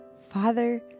Father